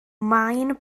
maen